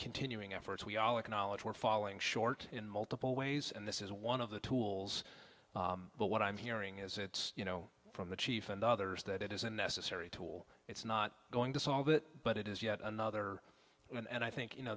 continuing efforts we all acknowledge were falling short in multiple ways and this is one of the tools but what i'm hearing is that you know from the chief and others that it is a necessary tool it's not going to solve it but it is yet another and i think you know